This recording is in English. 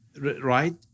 right